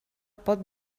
pot